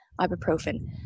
ibuprofen